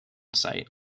site